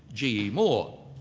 g. e. moore.